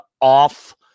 off